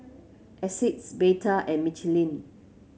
Asics Bata and Michelin